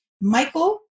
Michael